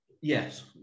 Yes